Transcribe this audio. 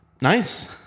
Nice